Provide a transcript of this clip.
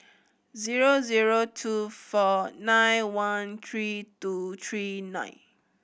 zero zero two four nine one three two three nine